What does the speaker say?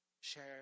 Share